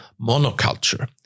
monoculture